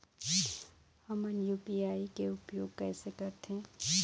हमन यू.पी.आई के उपयोग कैसे करथें?